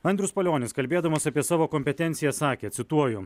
andrius palionis kalbėdamas apie savo kompetenciją sakė cituoju